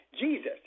Jesus